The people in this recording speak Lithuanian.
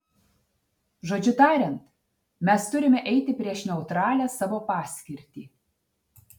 žodžiu tariant mes turime eiti prieš neutralią savo paskirtį